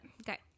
Okay